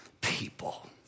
people